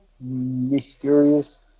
mysterious